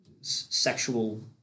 sexual